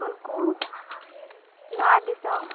ᱩᱱᱠᱩ ᱱᱚᱣᱟ ᱫᱤᱥᱚᱢ